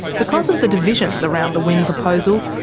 because of the divisions around the wind proposal,